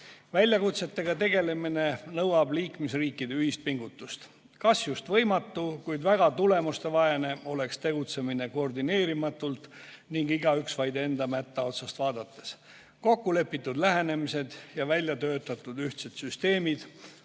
Väljakutsetega tegelemine nõuab liikmesriikide ühist pingutust. Kas just võimatu, kuid väga tulemustevaene oleks tegutsemine koordineerimatult ning igaüks vaid enda mätta otsast vaadates. Kokkulepitud lähenemised ja väljatöötatud ühtsed süsteemid